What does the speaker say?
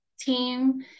team